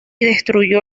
destruyó